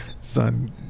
Son